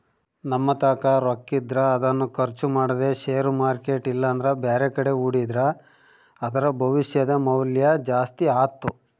ನಮ್ಮತಾಕ ರೊಕ್ಕಿದ್ರ ಅದನ್ನು ಖರ್ಚು ಮಾಡದೆ ಷೇರು ಮಾರ್ಕೆಟ್ ಇಲ್ಲಂದ್ರ ಬ್ಯಾರೆಕಡೆ ಹೂಡಿದ್ರ ಅದರ ಭವಿಷ್ಯದ ಮೌಲ್ಯ ಜಾಸ್ತಿ ಆತ್ತು